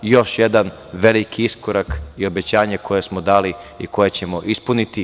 Još jedan veliki iskorak i obećanje koje smo dali i koje ćemo ispuniti.